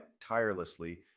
tirelessly